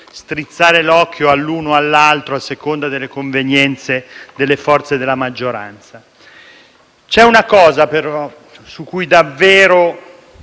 strizzare l'occhio all'uno o all'altro secondo le convenienze delle forze della maggioranza. C'è però un tema su cui davvero